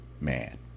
man